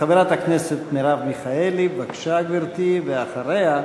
חברת הכנסת מרב מיכאלי, בבקשה, גברתי, ואחריה,